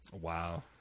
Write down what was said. Wow